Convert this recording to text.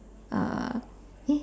uh eh